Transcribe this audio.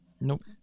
Nope